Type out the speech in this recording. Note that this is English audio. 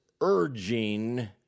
urging